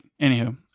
anywho